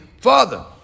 father